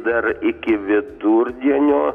dar iki vidurdienio